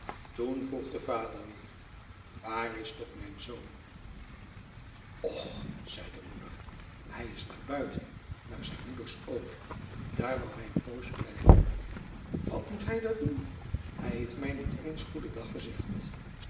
toen vroeg de vader weer waar is toch mijn zoon och zei de moeder hij is naar buiten naar zijn moeder's oom daar wou hij een poosje blijven wat moet hij daar doen hij heeft mij niet eens goeden dag gezegd